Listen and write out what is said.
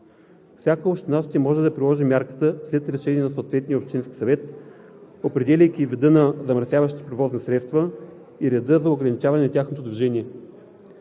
Всяка община ще може да приложи мярката след решение на съответния общински съвет, определяйки вида на най-замърсяващите превозни средства и реда за ограничаване на тяхното движение.